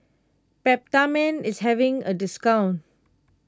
Peptamen is having a discount